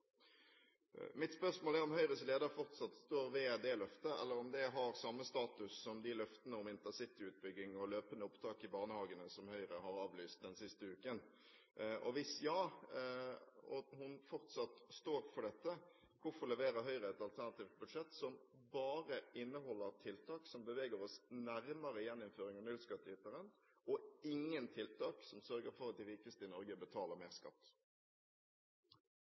Mitt spørsmål er om Høyres leder fortsatt står ved det løftet, eller om det har samme status som løftene om intercityutbygging og løpende opptak i barnehagene, som Høyre har avlyst den siste uken. Og hvis ja, at hun fortsatt står ved dette, hvorfor leverer Høyre et alternativt budsjett som bare inneholder tiltak som beveger oss nærmere gjeninnføring av nullskattytere, og ingen tiltak som sørger for at de rikeste i Norge betaler mer skatt?